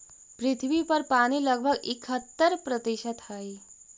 पृथ्वी पर पानी लगभग इकहत्तर प्रतिशत हई